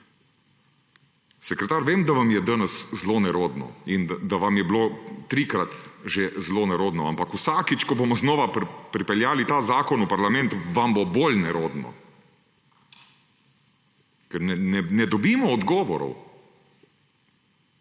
Sekretar, vem, da vam je danes zelo nerodno in da vam je bilo trikrat že zelo nerodno. Ampak vsakič, ko bomo znova pripeljali ta zakon v parlament, vam bo bolj nerodno. Ker ne dobimo odgovorov.